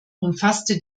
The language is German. umfasste